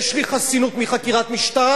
יש לי חסינות מחקירת משטרה,